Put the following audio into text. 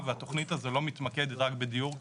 והתוכנית הזו לא מתקדמת רק בדיור כמובן,